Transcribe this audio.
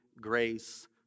grace